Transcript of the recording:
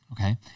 Okay